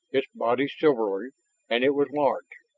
its body silvery and it was large.